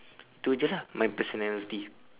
itu jer lah my personality